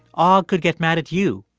ah agh could get mad at you,